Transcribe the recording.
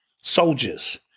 soldiers